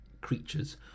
creatures